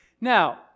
Now